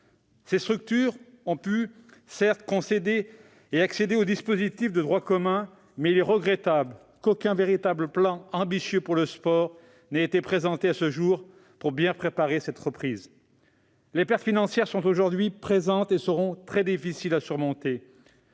ces structures ont pu accéder aux dispositifs de droit commun, mais il est regrettable qu'aucun véritable plan ambitieux pour le sport n'ait été présenté à ce jour pour bien préparer la reprise. Les pertes financières sont là et elles seront très difficiles à surmonter.